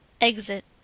Exit